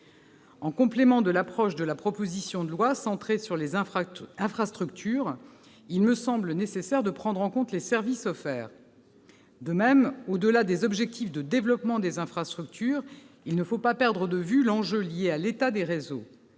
En complément de l'approche de la proposition de loi, centrée sur les infrastructures, il me semble nécessaire de prendre en compte les services offerts. De même, au-delà des objectifs de développement des infrastructures, il ne faut pas perdre de vue l'enjeu lié à l'état des réseaux.